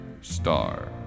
star